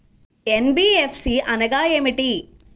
NBFC అనగా ఏమిటీ?